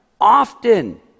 often